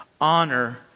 Honor